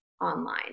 online